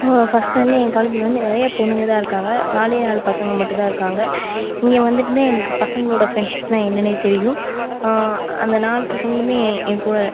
ஃபர்ஸ்ட்டுருந்து எங்கள் காலேஜ்ஜில் வந்து நிறைய பொண்ணுங்கதான் இருக்காங்க நாலே நாலு பசங்கள் மட்டும்தான் இருக்காங்க இங்கே வந்துவிட்டுதான் எனக்கு பசங்களோட ஃப்ரெண்ட்ஷிப்னால் என்னென்னே தெரியும் அந்த நாலு பசங்களுமே என் கூட